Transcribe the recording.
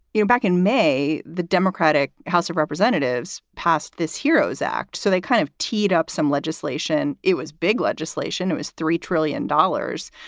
you know, back in may, the democratic house of representatives passed this heroes act. so they kind of teed up some legislation. it was big legislation. it was three trillion dollars.